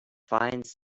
finds